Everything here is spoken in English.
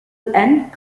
and